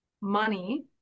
money